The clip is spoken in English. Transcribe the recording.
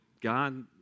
God